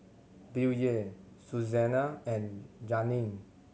Billye Suzanna and Janeen